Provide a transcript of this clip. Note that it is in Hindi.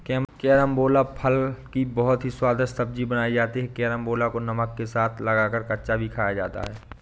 कैरामबोला फल की बहुत ही स्वादिष्ट सब्जी बनाई जाती है कैरमबोला को नमक के साथ लगाकर कच्चा भी खाया जाता है